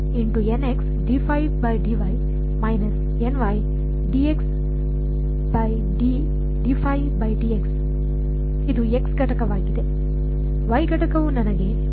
ಇದು ಘಟಕವಾಗಿದೆ